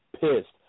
pissed